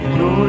no